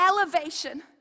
elevation